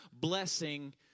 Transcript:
blessing